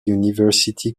university